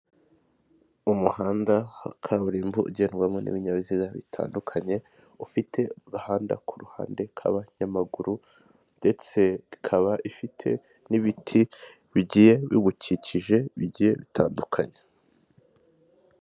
Umuhanda wa kaburimbo ugendwamo n'ibinyabiziga bitandukanye, ufite agahanda ku ruhande rw'abanyamaguru ndetse ikaba ifite n'ibiti bigiye biwukikije bigiye bitandukanye.